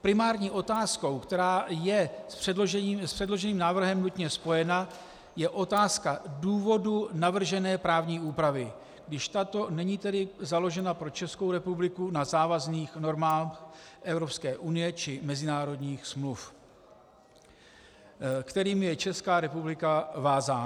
Primární otázkou, která je s předložením návrhu nutně spojena, je otázka důvodu navržené právní úpravy, když tato není tedy založena pro Českou republiku na závazných normách Evropské unie či mezinárodních smluv, kterými je Česká republika vázána.